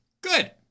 good